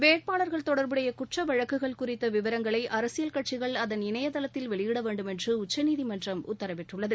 வேட்பாளர்கள் தொடர்புடைய குற்ற வழக்குகள் குறித்த விவரங்களை அரசியல் கட்சிகள் அதன் இணையதளத்தில் வெளியிட வேண்டும் என்று உச்சநீதிமன்றம் உத்தரவிட்டுள்ளது